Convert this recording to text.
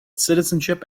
citizenship